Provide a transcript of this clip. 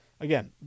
Again